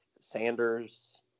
Sanders